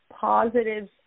positive